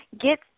get